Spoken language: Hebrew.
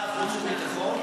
אדוני השר, חוץ וביטחון?